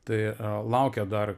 tai laukia dar